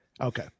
Okay